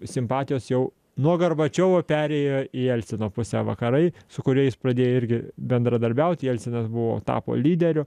simpatijos jau nuo gorbačiovo perėjo į jelcino pusę vakarai su kuriais pradėjo irgi bendradarbiauti jelcinas buvo tapo lyderiu